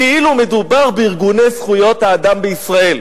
כאילו מדובר בארגוני זכויות האדם בישראל.